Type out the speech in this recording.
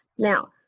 now,